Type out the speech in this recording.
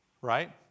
right